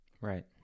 Right